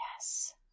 Yes